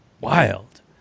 wild